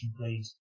please